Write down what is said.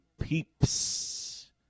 Peeps